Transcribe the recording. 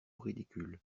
ridicule